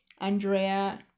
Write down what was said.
andrea